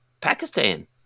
Pakistan